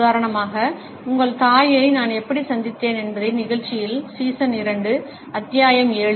உதாரணமாக உங்கள் தாயை நான் எப்படி சந்தித்தேன் என்பதை நிகழ்ச்சியில் சீசன் இரண்டு அத்தியாயம் ஏழு